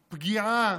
פגיעה,